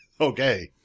Okay